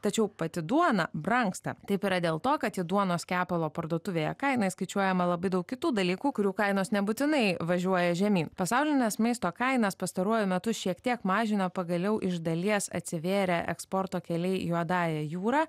tačiau pati duona brangsta taip yra dėl to kad į duonos kepalo parduotuvėje kainą įskaičiuojama labai daug kitų dalykų kurių kainos nebūtinai važiuoja žemyn pasaulines maisto kainas pastaruoju metu šiek tiek mažino pagaliau iš dalies atsivėrę eksporto keliai juodąja jūra